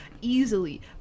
easily